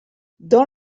dans